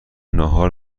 ناهار